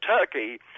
Turkey